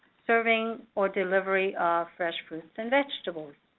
serving, or delivery of fresh fruits and vegetables.